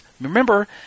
Remember